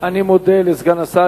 אני מודה לסגן השר.